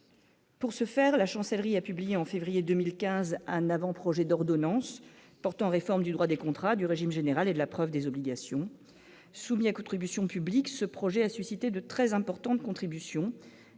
pour ce faire, la chancellerie a publié en février 2015, un avant-projet d'ordonnance portant réforme du droit des contrats du régime général et de la preuve des obligations soumis à contribution publique ce projet a suscité de très importantes contributions